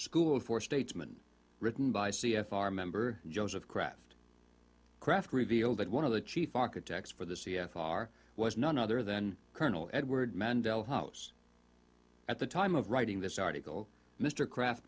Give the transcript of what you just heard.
school for statesman written by c f r member jones of craft craft revealed that one of the chief architects for the c f r was none other than colonel edward mandela house at the time of writing this article mr kraft